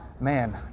man